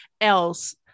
else